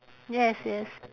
yes yes